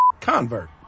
convert